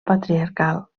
patriarcal